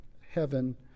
heaven